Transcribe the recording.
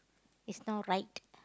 it's not right